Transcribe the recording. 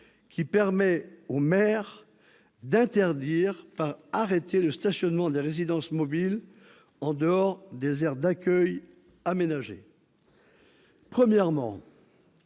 qui permet au maire d'interdire par arrêté le stationnement des résidences mobiles en dehors des aires d'accueil aménagées. Premièrement,